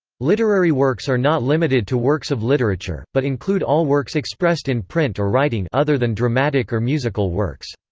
literary works are not limited to works of literature, but include all works expressed in print or writing other than dramatic or musical works.